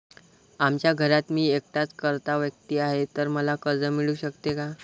आमच्या घरात मी एकटाच कर्ता व्यक्ती आहे, तर मला कर्ज मिळू शकते का?